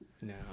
no